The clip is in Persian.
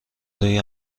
روی